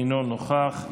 אינו נוכח,